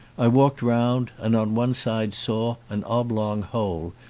i walked round and on one side saw an oblong hole,